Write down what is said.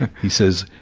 he says,